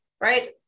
right